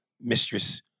Mistress